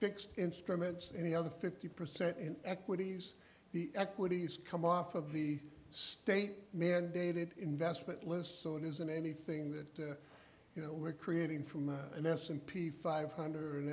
fixed instruments any other fifty percent in equities the equities come off of the state mandated investment list so it isn't anything that you know we're creating from an s and p five hundred